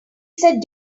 said